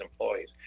employees